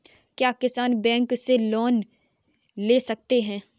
क्या किसान बैंक से लोन ले सकते हैं?